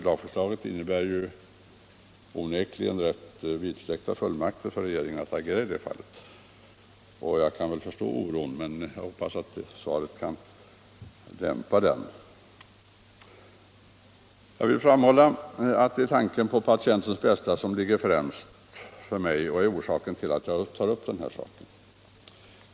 Lagförslaget innebär onekligen rätt vidsträckta fullmakter för regeringen att agera. Jag kan förstå oron bland tandläkarna och de tandvårdssökande och jag hoppas svaret kan dämpa den. Jag vill framhålla att det är tanken på patienternas bästa som ligger främst för mig och är orsaken till att jag tar upp saken.